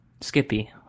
Skippy